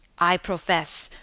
i profess,